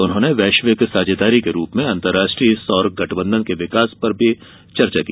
उन्होंने वैश्विक साझेदारी के रूप में अंतर्राष्ट्रीय सौर गठबंधन के विकास के बारे में भी चर्चा की